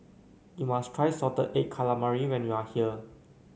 you must try Salted Egg Calamari when you are here